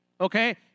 okay